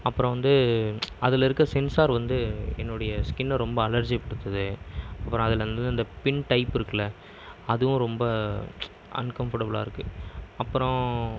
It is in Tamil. அப்புறம் வந்து அதில் இருக்கிற சென்சார் வந்து என்னுடைய ஸ்கின்னை வந்து ரொம்ப அலர்ஜிப்படுத்தது அப்புறம் அதிலெந்து பின் டைப் இருக்கில்ல அதுவும் ரொம்ப அன்கம்ஃபோர்ட்டபுல்லாக இருக்கு அப்புறம்